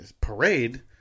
parade